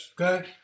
okay